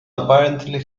apparently